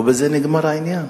ובזה נגמר העניין.